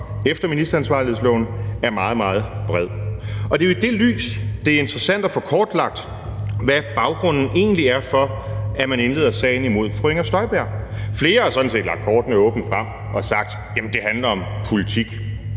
efter ministeransvarlighedsloven, er meget, meget bred. Og det er jo i det lys, at det er interessant at få kortlagt, hvad baggrunden egentlig er for, at man indleder sagen imod fru Inger Støjberg. Flere har sådan set lagt kortene åbent frem og sagt: Jamen det handler om politik.